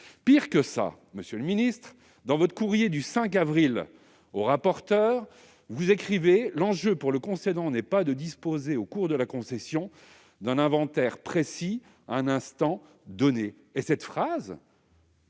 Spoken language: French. Pis, monsieur le ministre, dans votre courrier du 5 avril adressé au rapporteur, vous écrivez que « l'enjeu pour le concédant n'est pas de disposer au cours de la concession d'un inventaire précis à un instant donné ». Cette phrase